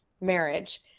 marriage